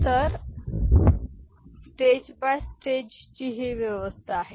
तर stage by स्टेजची ही व्यवस्था आहे